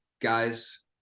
guys